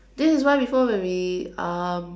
this is why before when we um